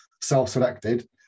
self-selected